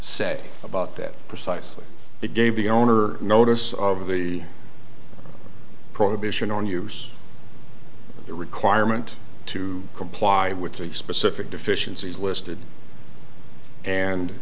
say about that precisely it gave the owner notice of the prohibition on use the requirement to comply with the specific deficiencies listed and